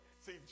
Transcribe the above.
See